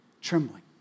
trembling